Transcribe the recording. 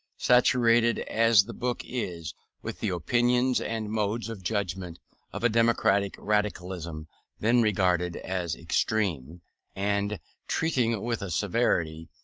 saturated as the book is with the opinions and modes of judgment of a democratic radicalism then regarded as extreme and treating with a severity,